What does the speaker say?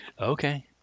Okay